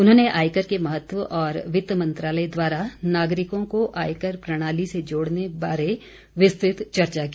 उन्होंने आयकर के महत्व और वित्त मंत्रालय द्वारा नागरिकों को आयकर प्रणाली से जोड़ने बारे विस्तृत चर्चा की